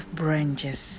branches